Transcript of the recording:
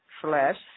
slash